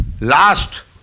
last